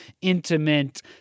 intimate